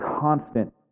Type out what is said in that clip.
constant